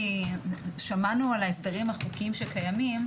שמענו על ההסדרים החוקיים שקיימים,